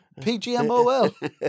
PGMOL